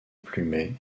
plumet